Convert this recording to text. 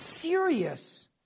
serious